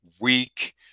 weak